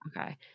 Okay